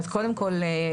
אז קודם כל,